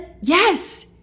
Yes